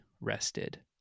rested